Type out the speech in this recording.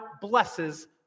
blesses